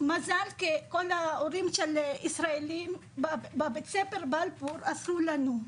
מזל שכל ההורים הישראלים בבית הספר בלפור עזרו לנו,